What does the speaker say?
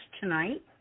tonight